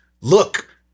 look